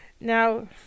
Now